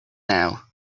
now